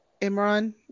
Imran